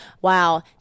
wow